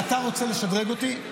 אתה רוצה לשדרג אותי?